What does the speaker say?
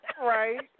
Right